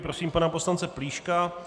Prosím pana poslance Plíška.